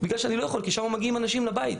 בגלל שאני לא יכול, כי שם מגיעים אנשים לבית.